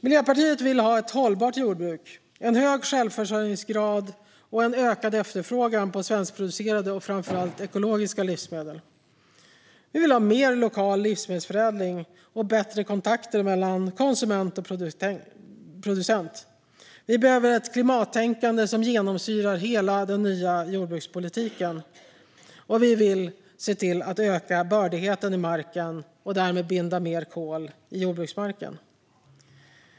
Miljöpartiet vill ha ett hållbart jordbruk, en hög självförsörjningsgrad och en ökad efterfrågan på svenskproducerade och framför allt ekologiska livsmedel. Vi vill ha mer lokal livsmedelsförädling och bättre kontakter mellan konsument och producent. Vi behöver ett klimattänkande som genomsyrar hela den nya jordbrukspolitiken. Vi vill se till att öka bördigheten i marken och därmed binda mer kol i jordbruksmarken.